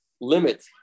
limit